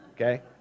okay